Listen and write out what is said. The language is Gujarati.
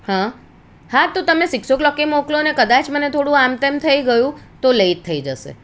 હ હા તો તમે સિકસો કલોકે મોકલો ને કદાચ મને થોડું આમતેમ થઈ ગયું તો લેટ થઈ જશે